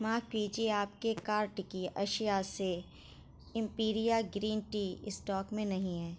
معاف کیجیے آپ کے کارٹ کی اشیاء سے ایمپیریا گرین ٹی اسٹاک میں نہیں ہے